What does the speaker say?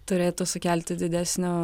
turėtų sukelti didesnio